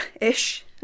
ish